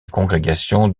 congrégation